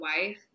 wife